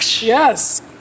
Yes